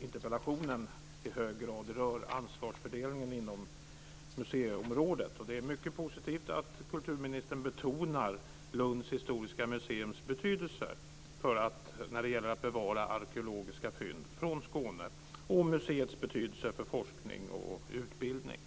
interpellationen i hög grad rör ansvarsfördelningen inom museiområdet. Det är mycket positivt att kulturministern betonar Lunds universitets historiska museums betydelse när det gäller att bevara arkeologiska fynd från Skåne och museets betydelse för forskning och utbildning.